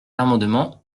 l’amendement